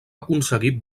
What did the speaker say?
aconseguir